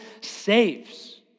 saves